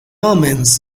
omens